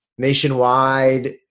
nationwide